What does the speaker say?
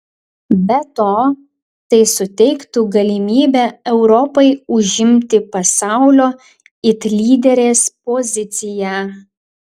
be to tai suteiktų galimybę europai užimti pasaulio it lyderės poziciją